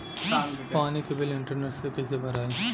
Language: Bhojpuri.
पानी के बिल इंटरनेट से कइसे भराई?